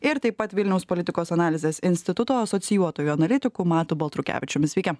ir taip pat vilniaus politikos analizės instituto asocijuotuoju analitiku matu baltrukevičiumi sveiki